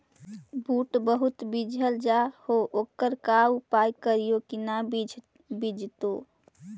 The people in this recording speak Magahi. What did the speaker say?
बुट बहुत बिजझ जा हे ओकर का उपाय करियै कि न बिजझे?